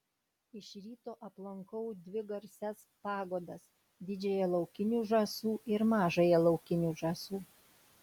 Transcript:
iš ryto aplankau dvi garsias pagodas didžiąją laukinių žąsų ir mažąją laukinių žąsų